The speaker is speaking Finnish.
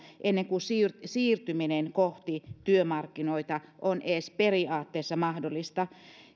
ennen kuin siirtyminen siirtyminen kohti työmarkkinoita on edes periaatteessa mahdollista